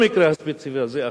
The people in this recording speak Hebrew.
במקרה הספציפי הזה,